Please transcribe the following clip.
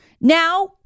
Now